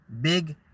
Big